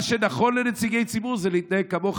מה שנכון לנציגי ציבור זה להתנהג כמוך,